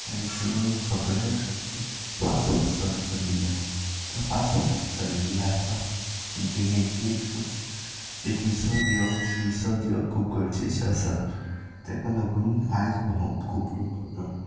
आयज सगळे fast fast सगळे चल्लेले आसा ते फास्ट फास्ट लायफाक जिणेक एक अशे एक विसव दिवप विसव दिवप खूब गरजेचे आसा ताका लागून आयज भोंवप खूब इंम्पोरटंट